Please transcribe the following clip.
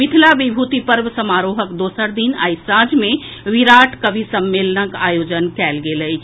मिथिला विभूति पर्व समारोहक दोसर दिन आइ सांझ मे विराट कवि सम्मेलनक आयोजन कयल गेल अछि